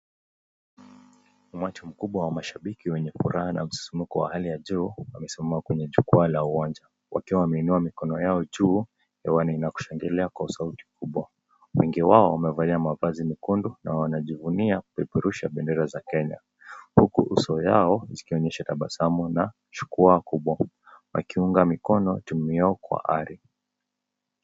Umati mkubwa wa mashabiki wenye furaha na msisimko wa hali ya juu wamesimama kwenye jukwaa la uwanja, wakiwa wameinua mikono yao juu hewani na kushangilia kwa sauti kubwa. Wengi wao wamevalia mavazi mekundu na wanajivunia kupeperusha bendera za Kenya, huku uso yao zikionyesha tabasamu na shukrani kubwa, wakiunga mikono timu yao kwa ari.